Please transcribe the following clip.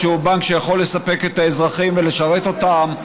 שהוא בנק שיכול לספק את האזרחים ולשרת אותם,